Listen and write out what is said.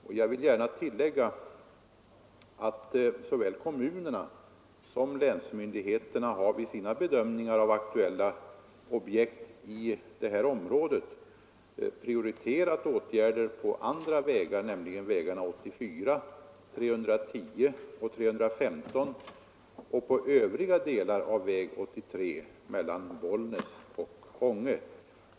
Och jag vill gärna tillägga att såväl kommunerna som länsmyndigheterna har vid sina bedömningar av aktuella objekt i det här området prioriterat åtgärder på andra vägar, nämligen vägarna 84, 310 och 315 samt övriga delar av väg 83 mellan Bollnäs och Ånge.